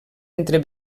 entre